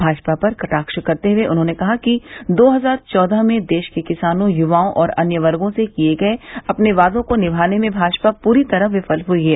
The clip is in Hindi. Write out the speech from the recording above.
भाजपा पर कटाक्ष करते हुए उन्होंने कहा कि दो हज़ार चौदह में देश के किसानों युवाओं और अन्य वर्गो से किये गये अपने वादों को निमाने में भाजपा पूरी तरह विफल सावित हुई है